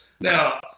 Now